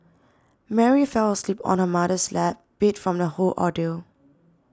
Mary fell asleep on her mother's lap beat from the whole ordeal